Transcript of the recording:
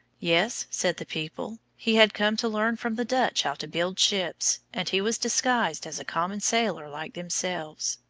yes, said the people, he had come to learn from the dutch how to build ships, and he was disguised as a common sailor like themselves.